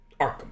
Arkham